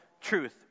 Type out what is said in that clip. truth